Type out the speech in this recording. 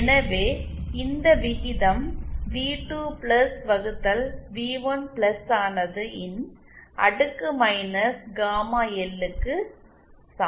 எனவே இந்த விகிதம் வி 2 பிளஸ் வகுத்தல் வி 1 பிளஸ் ஆனது இ ன் அடுக்கு மைனஸ் காமா எல் க்கு சமம்